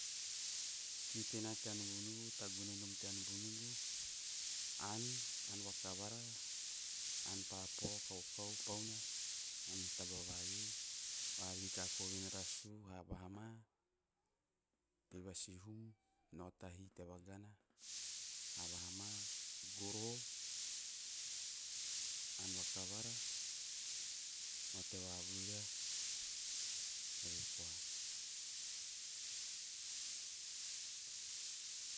Kiu tena tea nubunubu, tagune nom tea nubunubu, ann - ann vakavara, ann papo, kaukau, pauna ama taba iei, vavihi kako rasu havaha ma hio vasihum, nao tahi tea vaana, havahama goroho, ann vakavara nao tea vavurriha. Eve koa.